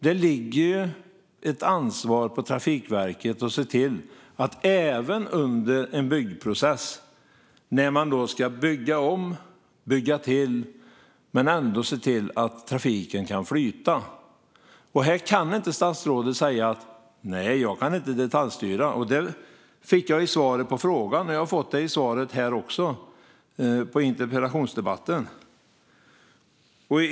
Det ligger ett ansvar på Trafikverket att se till att även under en byggprocess när man ska bygga om och bygga till ändå se till att trafiken kan flyta. Här kan inte statsrådet säga: Nej, jag kan inte detaljstyra. Det fick jag till svar på frågan jag ställde. Det fick jag också som svar på interpellationen.